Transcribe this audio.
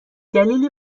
دلیلی